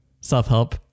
self-help